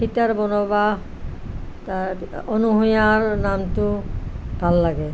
সীতাৰ বনবাস অনুসূয়াৰ নামটো ভাল লাগে